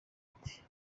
ati